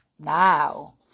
Now